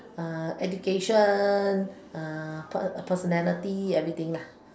uh education uh personality everything lah